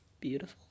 beautiful